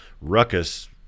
ruckus